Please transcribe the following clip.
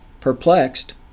perplexed